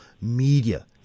media